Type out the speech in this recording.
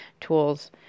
tools